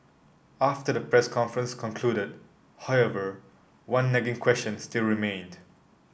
after the press conference concluded however one nagging question still remained